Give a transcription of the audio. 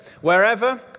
Wherever